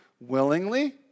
willingly